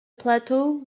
plateau